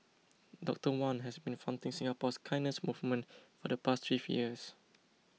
Doctor Wan has been fronting Singapore's kindness movement for the past three years